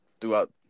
throughout –